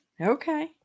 Okay